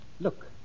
Look